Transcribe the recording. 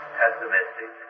pessimistic